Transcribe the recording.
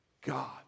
God